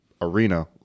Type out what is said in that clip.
arena